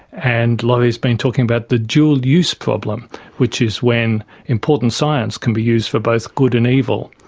and laurie's been talking about the dual use problem which is when important science can be used for both good and evil.